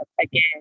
again